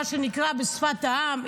מה שנקרא בשפת העם,